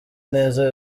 neza